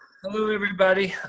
hello everybody,